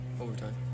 overtime